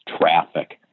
traffic